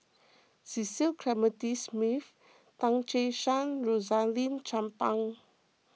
Cecil Clementi Smith Tan Che Sang Rosaline Chan Pang